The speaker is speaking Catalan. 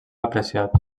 apreciat